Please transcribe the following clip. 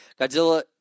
Godzilla